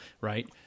right